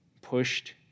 pushed